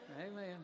amen